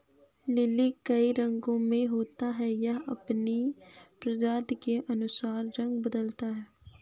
lily कई रंगो में होता है, यह अपनी प्रजाति के अनुसार रंग बदलता है